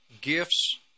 gifts